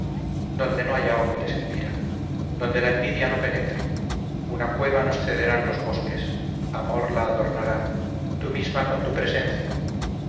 donde no haya hombres elvira donde la envidia no penetre una cueva nos cederán los bosques amor la adornará tú misma con tu presencia